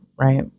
Right